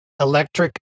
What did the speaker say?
Electric